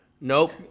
Nope